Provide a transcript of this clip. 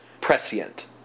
prescient